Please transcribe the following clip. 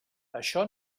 això